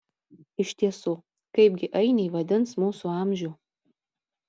iš tiesų kaipgi ainiai vadins mūsų amžių